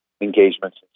engagements